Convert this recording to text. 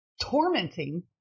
tormenting